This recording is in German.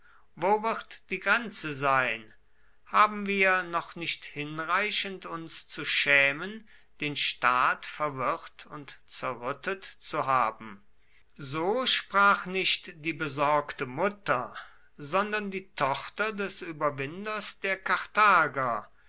wo wird die grenze sein haben wir noch nicht hinreichend uns zu schämen den staat verwirrt und zerrüttet zu haben so sprach nicht die besorgte mutter sondern die tochter des überwinders der karthager